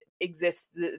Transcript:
exists